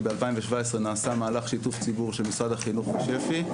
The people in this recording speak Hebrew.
שב-2017 נעשה מהלך שיתוף ציבור של משרד החינוך ושפ"י,